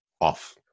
off